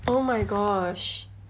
oh my gosh